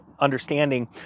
understanding